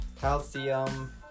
calcium